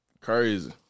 Crazy